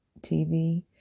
TV